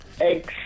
Eggs